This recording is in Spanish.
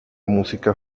música